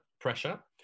pressure